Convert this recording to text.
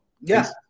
Yes